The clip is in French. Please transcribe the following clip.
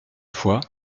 fois